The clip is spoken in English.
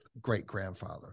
great-grandfather